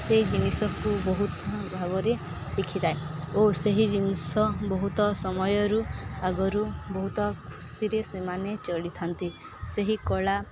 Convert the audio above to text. ସେହି ଜିନିଷକୁ ବହୁତ ଭାବରେ ଶିଖିଥାଏ ଓ ସେହି ଜିନିଷ ବହୁତ ସମୟରୁ ଆଗରୁ ବହୁତ ଖୁସିରେ ସେମାନେ ଚଳିଥାନ୍ତି ସେହି କଳା